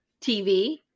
TV